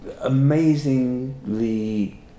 amazingly